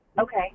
Okay